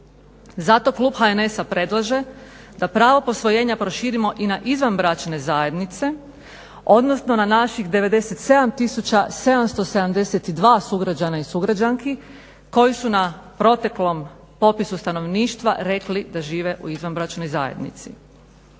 Zato klub HNS-a predlaže da pravo posvojenja proširimo i na izvanbračne zajednice odnosno na naših 97 tisuća 772 sugrađana i sugrađanki koji su na proteklom popisu stanovništva rekli da žive u izvanbračnoj zajednici.